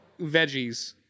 veggies